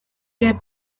der